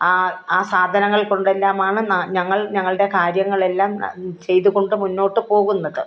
ആ ആ സാധനങ്ങൾ കൊണ്ടെല്ലാമാണ് ഞങ്ങൾ ഞങ്ങളുടെ കാര്യങ്ങളെല്ലാം ചെയ്തുകൊണ്ട് മുന്നോട്ട് പോകുന്നത്